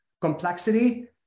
complexity